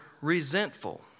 resentful